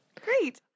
Great